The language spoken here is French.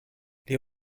les